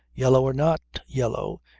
yellow or not yellow,